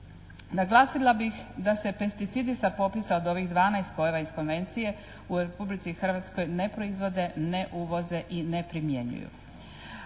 Naglasila bih da se pesticidi sa popisa od ovih 12 spojeva iz konvencije u Republici Hrvatskoj ne proivode, ne uvoze i ne primjenjuju.